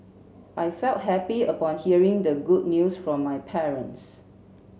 I felt happy upon hearing the good news from my parents